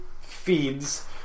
feeds